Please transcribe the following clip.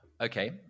Okay